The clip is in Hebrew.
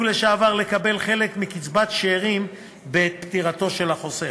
לשעבר לקבל חלק מקצבת שאירים בעת פטירתו של החוסך.